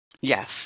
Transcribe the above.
Yes